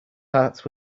heart